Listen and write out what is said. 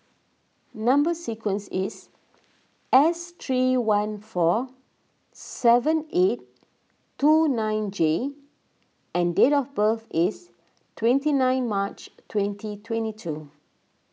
Number Sequence is S three one four seven eight two nine J and date of birth is twenty nine March twenty twenty two